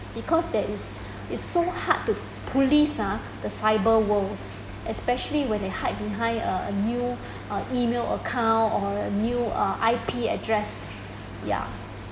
because that is is so hard to police ah the cyber world especially when they hide behind a a new uh email account or a new uh I_P address ya